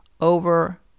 over